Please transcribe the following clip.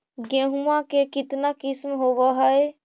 गेहूमा के कितना किसम होबै है?